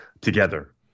together